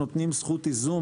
נותנים זכות איזון,